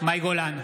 מאי גולן,